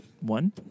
one